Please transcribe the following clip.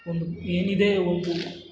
ಒಂದು ಏನಿದೆ ಒಂದು